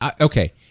okay